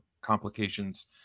complications